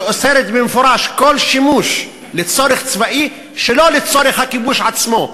שאוסרת במפורש כל שימוש לצורך צבאי שלא לצורך הכיבוש עצמו?